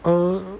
err